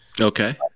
Okay